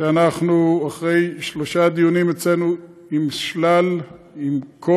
אנחנו אחרי שלושה דיונים אצלנו עם כל הגורמים,